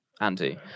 Andy